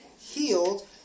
healed